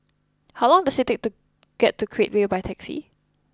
how long does it take to get to Create Way by taxi